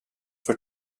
for